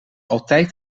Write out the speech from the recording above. altijd